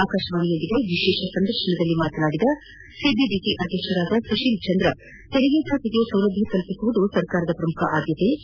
ಆಕಾಶವಾಣಿಯೊಂದಿಗೆ ವಿಶೇಷ ಸಂದರ್ಶನದಲ್ಲಿ ಮಾತನಾಡಿದ ಸಿಬಿಡಿಟಿ ಅಧ್ಯಕ್ಷ ಸುತೀಲ್ ಚಂದ್ರ ತೆರಿಗೆದಾರರಿಗೆ ಸೌಲಭ್ಷ ಕಲ್ಲಿಸುವುದು ಸರ್ಕಾರದ ಪ್ರಮುಖ ಆದ್ವತೆಯಾಗಿದ್ದು